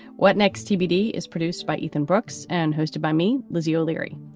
what next? tbd is produced by ethan brooks and hosted by me. lizzie o'leary.